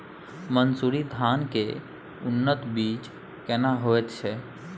मन्सूरी धान के उन्नत बीज केना होयत छै?